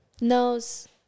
Nose